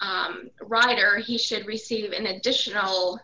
and roger he should receive an additional